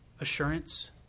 assurance